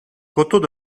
côteaux